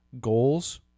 goals